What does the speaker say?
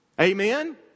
Amen